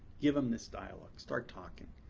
give him this dialogue. start talking.